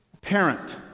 parent